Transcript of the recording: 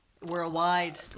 Worldwide